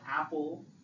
apple